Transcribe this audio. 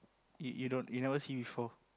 you you don't you never see before